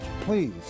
Please